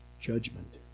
judgment